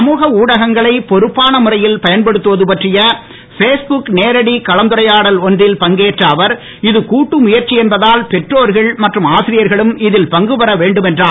சமூக ஊடகங்களை பொருப்பான முறையில் பயன்படுத்துவது பற்றிய பேஸ்புக் நேரடி கலந்துரையாடல் ஒன்றில் பங்கேற்ற அவர் இது கூட்டு முயற்சி என்பதால் பெற்றோர்கள் மற்றும் ஆசிரியர்களும் இதில் பங்குபெற வேண்டும் என்றார்